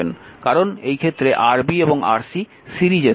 কারণ এই ক্ষেত্রে Rb এবং Rc সিরিজে থাকবে